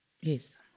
yes